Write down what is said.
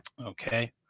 Okay